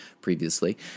previously